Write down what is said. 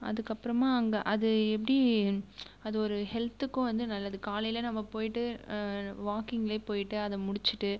அதுக்கப்புறமாக அங்கே அது எப்படி அது ஒரு ஹெல்த்துக்கும் வந்து நல்லது காலையில் நம்ம போயிட்டு வாக்கிங்ளே போயிட்டு அதை முடிச்சுட்டு